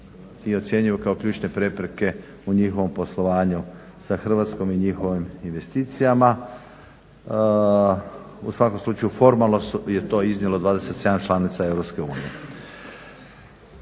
i ocjenjuju kao ključne prepreke u njihovom poslovanju sa Hrvatskom i njihovim investicijama. U svakom slučaju formalno mi je to iznijelo 27 članica EU.